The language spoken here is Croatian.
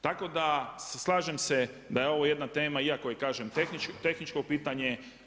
Tako da slažem se da je ovo jedna tema, iako je kažem tehničko pitanje.